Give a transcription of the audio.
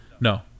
No